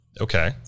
Okay